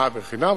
אה, בחינם?